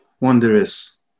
wondrous